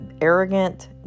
arrogant